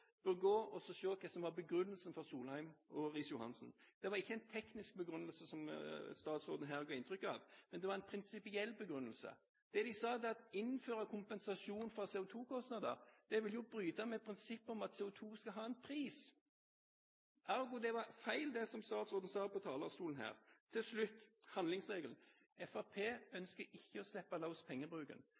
bør gå og se hva som var begrunnelsen for Solheim og Riis-Johansen. Det var ikke en teknisk begrunnelse, som statsråden her ga inntrykk av, men det var en prinsipiell begrunnelse. Det de sa, var at å innføre kompensasjon for CO2-kostnader ville bryte med prinsippet om at CO2 skal ha en pris. Ergo var det feil, det som statsråden sa på talerstolen her. Til slutt – handlingsregelen: Fremskrittspartiet ønsker ikke å slippe løs pengebruken.